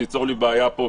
זה ייצור לי בעיה פה,